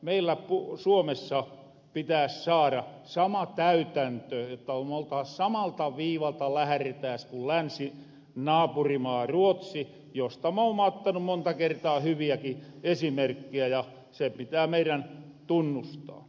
meillä suomessa pitäs saara sama käytäntö että samalta viivalta lähretäs ku länsinaapurimaa ruotsi josta moomma ottanu monta kertaa hyviäkin esimerkkejä ja se pitää meirän tunnustaa